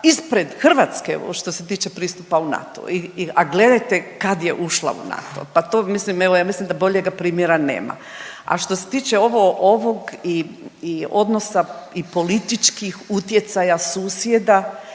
ispred Hrvatske evo što se tiče pristupa u NATO-u a gledajte kad je ušla u NATO. Pa to mislim, evo ja mislim da boljega primjera nema. A što se tiče ovog odnosa i političkih utjecaja susjeda